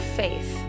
faith